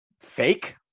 fake